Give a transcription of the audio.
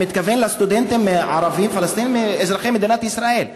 אני מתכוון לסטודנטים ערבים פלסטינים אזרחי מדינת ישראל,